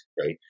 right